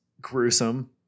gruesome